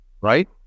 right